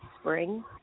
spring